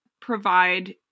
provide